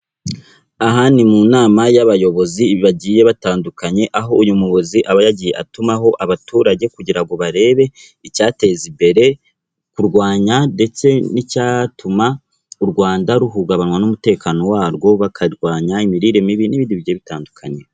Aha ni mu nama y'abayobozi bagiye batandukanye, aho uyu muyobozi aba yagiye atumaho abaturage kugira ngo barebe icyateza imbere kurwanya ndetse n'icyatuma u Rwanda ruhungabanywa n'umutekano warwo, bakarwanya imirire mibi n'ibindi bigiye bitandukanye.